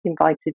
invited